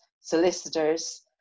solicitors